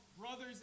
brothers